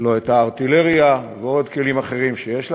לא את הארטילריה ועוד כלים אחרים שיש לנו,